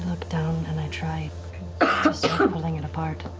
down and i try it apart.